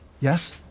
Yes